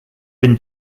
been